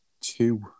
two